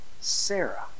Sarah